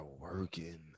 working